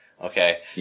Okay